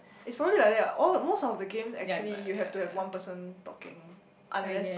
it's probably like that [what] all most of the game actually you have to have one person talking unless